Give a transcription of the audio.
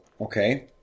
okay